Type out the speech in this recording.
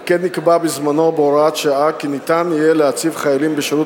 על כן נקבע בזמנו בהוראת שעה כי יהיה אפשר להציב חיילים בשירות